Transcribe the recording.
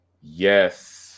Yes